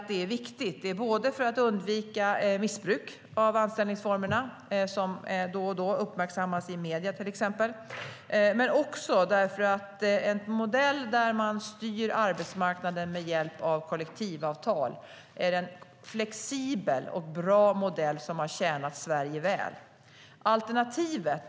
Det är viktigt för att undvika missbruk av anställningsformerna, som då och då uppmärksammas i medierna, till exempel, men också för att en modell där man styr arbetsmarknaden med hjälp av kollektivavtal är en flexibel och bra modell som har tjänat Sverige väl.